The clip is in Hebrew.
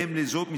בהתאם לזאת,